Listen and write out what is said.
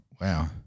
wow